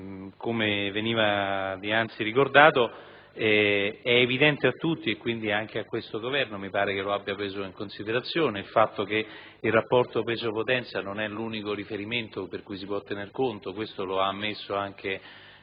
Come veniva dianzi ricordato, è evidente a tutti, quindi anche a questo Governo, che mi pare lo abbia preso in considerazione, il fatto che il rapporto peso/potenza non sia l'unico elemento di cui tener conto. Questo lo ha ammesso